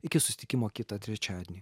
iki susitikimo kitą trečiadienį